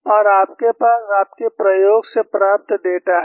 और आपके पास आपके प्रयोग से प्राप्त डेटा है